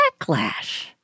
backlash